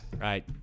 Right